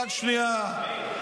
אתה יודע בכלל שהוא הדליף?